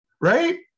right